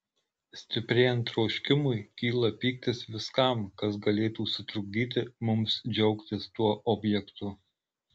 stiprėjant troškimui kyla pyktis viskam kas galėtų sutrukdyti mums džiaugtis tuo objektu